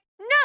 no